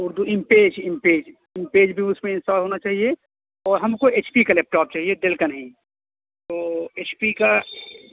Urdu InPage InPage InPage بھی اس میں انسٹال ہونا چاہیے اور ہم کو ایچ پی کا لیپ ٹاپ چاہئے ڈیل کا نہیں تو ایچ پی کا